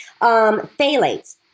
Phthalates